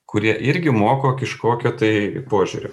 kurie irgi moko kažkokio tai požiūrio